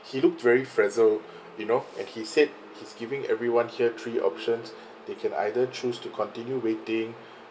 he looked very frazzled you know and he said he's giving everyone here three options they can either choose to continue waiting